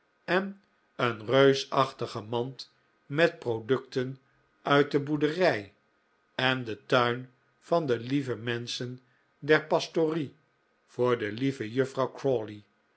en een reusachtige mand met producten uit de boerderij en den tuin van de lieve menschen der pastorie voor de lieve juffrouw